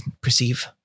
perceive